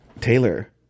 taylor